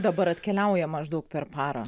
dabar atkeliauja maždaug per parą